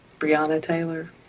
brianna taylor